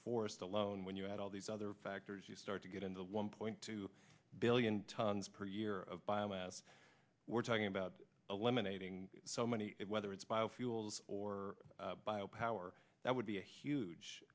forest alone when you add all these other factors you start to get into one point two billion tons per year of biomass we're talking about eliminating so many it whether it's bio fuels or bio power that would be a huge